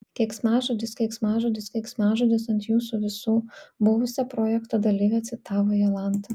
keiksmažodis keiksmažodis keiksmažodis ant jūsų visų buvusią projekto dalyvę citavo jolanta